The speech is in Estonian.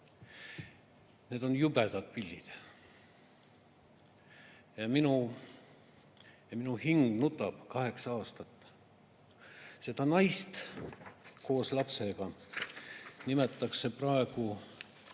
Need on jubedad pildid. Minu hing nutab kaheksa aastat. Seda naist koos lapsega nimetatakse praegu